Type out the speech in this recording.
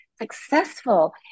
successful